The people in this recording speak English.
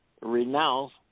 renounce